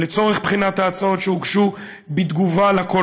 לצורך בחינת ההצעות שהוגשו בתגובה על הקול